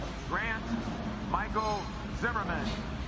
grant michael zimmerman